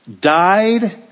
Died